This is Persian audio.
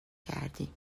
کردیم